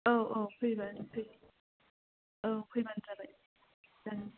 औ औ फैबानो जाबाय औ फैबानो जाबाय जागोन